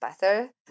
better